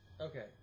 Okay